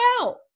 out